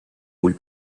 vull